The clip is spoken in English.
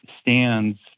stands